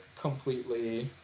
completely